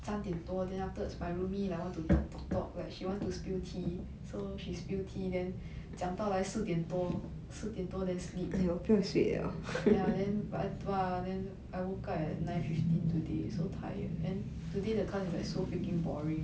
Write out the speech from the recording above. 三点多 then afterwards my roomie like want to talk talk talk like she want to spill tea so she spill tea then 讲到来四点多四点多 then sleep ya then !wah! I woke up at nine fifteen today so tired and today the class is like so freaking boring